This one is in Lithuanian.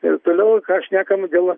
ir toliau ką šnekam dėl